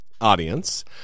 audience